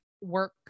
work